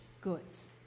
goods